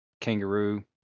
kangaroo